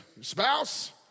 spouse